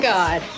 God